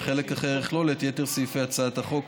וחלק אחר יכלול את יתר סעיפי הצעת החוק,